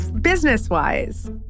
business-wise